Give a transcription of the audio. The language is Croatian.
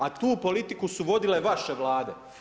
A tu politiku su vodile vaše vlade.